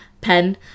pen